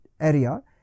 area